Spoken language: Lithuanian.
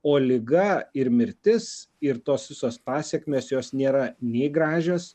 o liga ir mirtis ir tos visos pasekmės jos nėra nei gražios